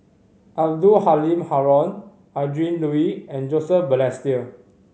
Abdul Halim Haron Adrin Loi and Joseph Balestier